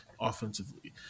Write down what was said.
offensively